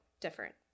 different